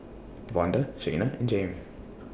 Vonda Shaina and Jayme